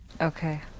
Okay